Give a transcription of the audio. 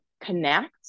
connect